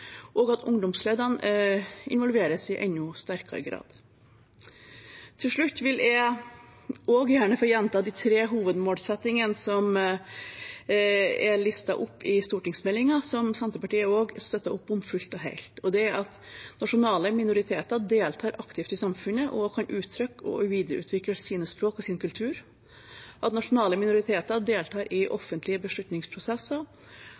og at ungdomsleddene involveres i enda sterkere grad. Til slutt vil jeg gjerne få gjenta de tre hovedmålsettingene som er listet opp i stortingsmeldingen, som Senterpartiet også støtter opp om fullt og helt: Nasjonale minoriteter deltar aktivt i samfunnet og kan uttrykke og videreutvikle sine språk og sin kultur. Nasjonale minoriteter deltar i